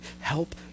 help